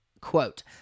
quote